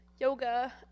yoga